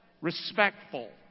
Respectful